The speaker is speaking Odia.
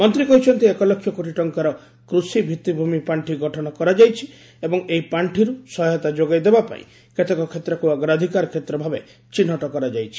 ମନ୍ତ୍ରୀ କହିଛନ୍ତି ଏକ ଲକ୍ଷ କୋଟି ଟଙ୍କାର କୃଷି ଭିତିଭୂମୀ ପାଣ୍ଠି ଗଠନ କରାଯାଇଛି ଏବଂ ଏହି ପାଣ୍ଠିରୁ ସହାୟତା ଯୋଗାଇଦେବା ପାଇଁ କେତେକ କ୍ଷେତ୍ରକୁ ଅଗ୍ରାଧିକାର କ୍ଷେତ୍ର ଭାବେ ଚିହ୍ନଟ କରାଯାଇଛି